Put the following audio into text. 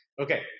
Okay